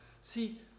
See